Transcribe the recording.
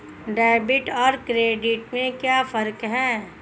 Debit और credit में क्या फर्क है?